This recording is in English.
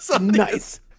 Nice